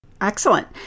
Excellent